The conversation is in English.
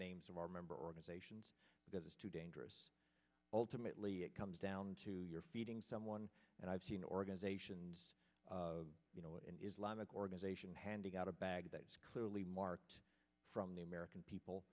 names of our member organizations because it's too dangerous ultimately it comes down to you're feeding someone and i've seen organizations of islamic organization handing out a bag that's clearly marked from the american people